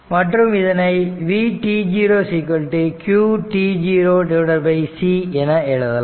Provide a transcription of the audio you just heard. மற்றும் இதனை vt0 qt0c என எழுதலாம்